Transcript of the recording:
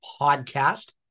podcast